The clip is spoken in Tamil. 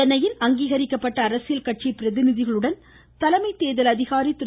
சென்னையில் அங்கீகரிக்கப்பட்ட அரசியல் கட்சி பிரதிநிதிகளுடன் தலைமை தேர்தல் அதிகாரி திரு